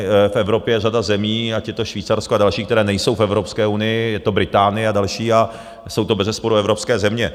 V Evropě je řada zemí, ať je to Švýcarsko a další, které nejsou v Evropské unii, je to Británie a další a jsou to bezesporu evropské země.